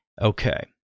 Okay